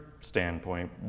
standpoint